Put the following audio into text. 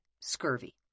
scurvy